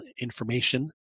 information